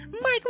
Mike